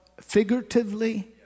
figuratively